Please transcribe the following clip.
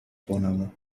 vorname